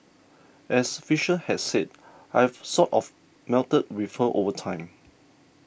as Fisher had said I've sort of melded with her over time